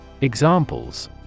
Examples